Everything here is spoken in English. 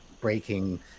breaking